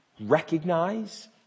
recognize